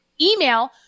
email